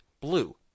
blue